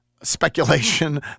speculation